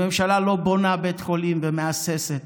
הממשלה לא בונה בית חולים ומהססת,